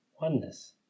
oneness